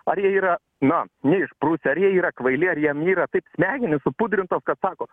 ar jie yra na neišprusę ar jie yra kvaili ar jiem yra taip smegenys supudrintos kad sako